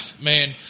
Man